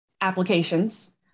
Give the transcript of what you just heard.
applications